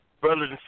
brothers